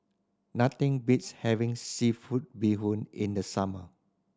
nothing beats having seafood bee hoon in the summer